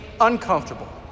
uncomfortable